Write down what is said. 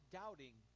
doubting